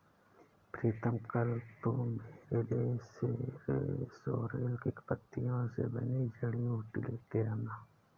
प्रीतम कल तू मेरे लिए सोरेल की पत्तियों से बनी जड़ी बूटी लेते आना